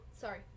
sorry